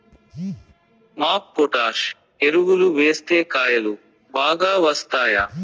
MOP potash ఎరువులు వేస్తే కాయలు బాగా వస్తాయా?